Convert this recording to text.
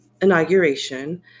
inauguration